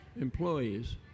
employees